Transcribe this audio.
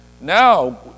now